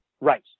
Right